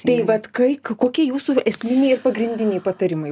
tai vat kai kokie jūsų esminiai ir pagrindiniai patarimai